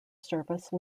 service